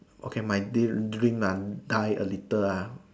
okay my dream uh die a little ah